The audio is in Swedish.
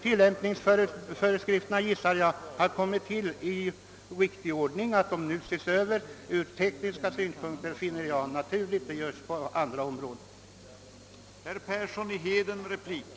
Tillämpningsföreskrifterna har tillkommit i en riktig ordning, och att de nu ses över ur teknisk synpunkt är helt naturligt. Sådant görs även på andra områden.